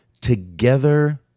Together